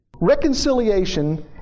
Reconciliation